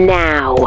now